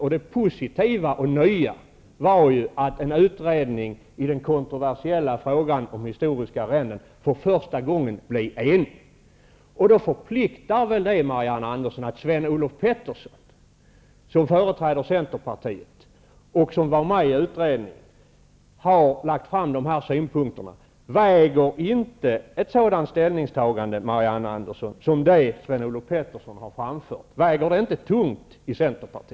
Och det positiva och nya var ju att en utredning för första gången blev enig i den kontroversiella frågan om historiska arrenden. Och då förpliktar väl det, Marianne Andersson, att Sven-Olof Petersson, som företräder Centerpartiet och som var med i utredningen, har lagt fram dessa synpunkter. Väger inte ett sådant ställningstagande som Sven-Olof Petersson har framfört tungt i